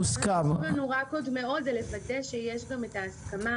מה שחשוב לנו עוד מאוד זה לוודא שיש גם את ההסכמה